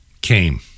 came